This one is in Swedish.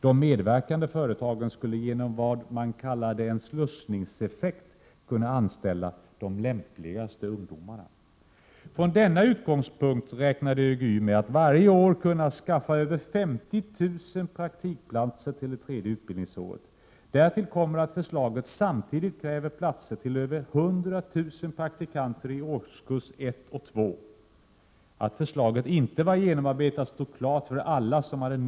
De medverkande företagen skulle genom vad man kallade en slussningseffekt kunna anställa de lämpligaste ungdomarna. Från denna utgångspunkt räknade ÖGY med att varje år kunna skaffa över 50 000 praktikplatser till det tredje utbildningsåret. Därtill kommer att förslaget samtidigt kräver platser till över 100 000 praktikanter i årskurserna 1 och 2. Att förslaget inte var genomarbetat stod klart för alla som hade Prot.